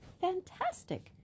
fantastic